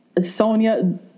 Sonia